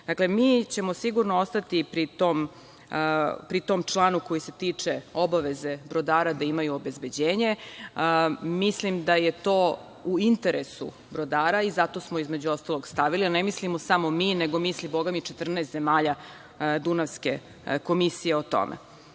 rekao. Dakle mi ćemo sigurno ostati pri tom članu koji se tiče obaveze brodara da imaju obezbeđenje, mislim da je to u interesu brodara. Zato smo između ostalog i stavili. Ne mislimo samo mi, to misli četrnaest zemalja Dunavske komisije. Drugo,